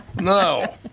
No